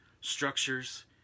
structures